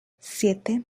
siete